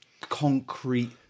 concrete